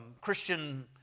Christian